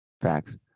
facts